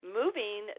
moving